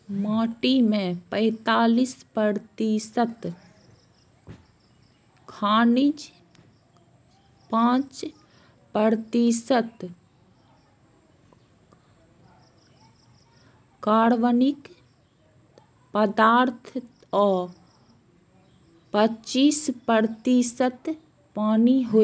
माटि मे पैंतालीस प्रतिशत खनिज, पांच प्रतिशत कार्बनिक पदार्थ आ पच्चीस प्रतिशत पानि होइ छै